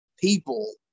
people